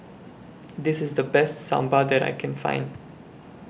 This IS The Best Sambar that I Can Find